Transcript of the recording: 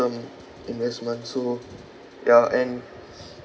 term investment so ya and